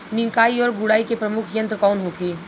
निकाई और गुड़ाई के प्रमुख यंत्र कौन होखे?